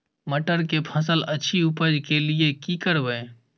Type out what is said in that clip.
मटर के फसल अछि उपज के लिये की करबै?